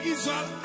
Israel